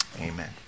Amen